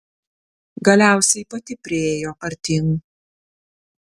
galiausiai pati priėjo artyn